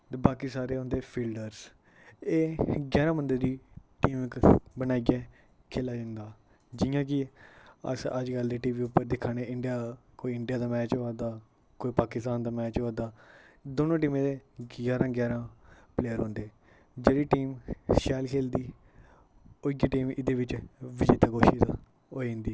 ते बाकी सारे होंदे फील्डर्स एह् जारां बंदा दी टीम बनाइयै खेल्ला जंदा जियां कि अस अज्जकल टीवी उप्पर दिक्खा नै आंं कोई इंडिया दा मैच होआ दा कोई पाकिस्तान दा मैच होआ दा दोऐ टीमें दे जारां जारां प्लेयर होंदे जेह्ड़ी टीम शैल खेल्लदी उऐ टीम एह्दे ई विजेता घोशित होई जंदी